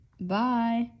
Bye